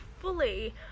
fully